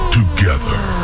together